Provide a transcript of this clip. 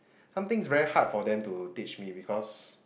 somethings very hard for them to teach me because